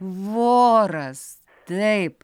voras taip